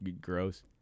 gross